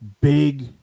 big